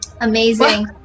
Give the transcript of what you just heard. Amazing